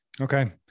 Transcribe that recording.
okay